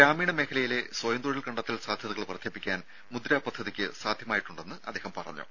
ഗ്രാമീണ മേഖലയിലെ സ്വയം തൊഴിൽ കണ്ടെത്തൽ സാധ്യതകൾ വർദ്ധിപ്പിക്കാൻ മുദ്ര പദ്ധതിക്ക് സാധ്യമായിട്ടുണ്ടെന്ന് അദ്ദേഹം പറഞ്ഞു